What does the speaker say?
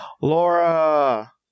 Laura